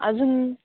अजून